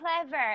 clever